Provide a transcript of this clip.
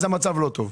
המצב לא טוב.